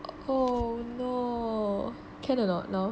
oh no can a not now